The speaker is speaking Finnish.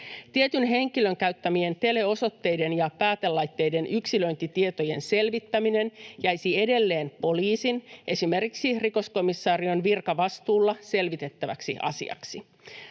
Tietyn henkilön käyttämien teleosoitteiden ja ‑päätelaitteiden yksilöintitietojen selvittäminen jäisi edelleen poliisin, esimerkiksi rikoskomisarion, virkavastuulla selvitettäväksi asiaksi.